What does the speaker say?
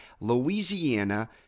Louisiana